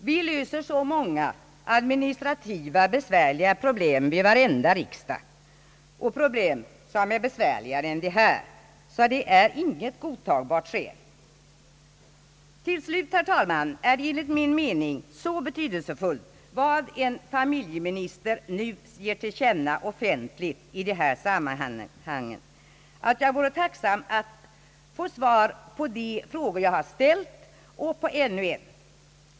Vi löser så många administrativa problem vid varenda riksdag, och problem som är besvärligare än dessa. Det är alltså inget godtagbart skäl. Till slut, herr talman, är det enligt min mening så betydelsefullt vad en familjeminister nu ger till känna offentligt i dessa sammanhang, att jag vore tacksam få svar på de frågor jag ställt och på ännu en fråga.